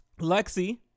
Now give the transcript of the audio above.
Lexi